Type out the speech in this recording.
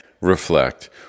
reflect